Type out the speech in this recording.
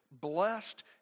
Blessed